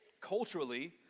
culturally